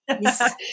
Yes